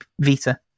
Vita